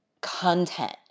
content